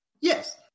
Yes